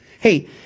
Hey